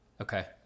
Okay